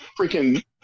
freaking